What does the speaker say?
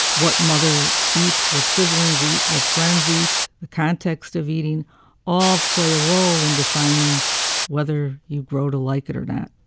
what mother eats, what siblings eat, what friends eat. the context of eating all. play a role in defining whether you grow to like it or not.